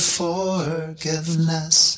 forgiveness